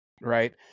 Right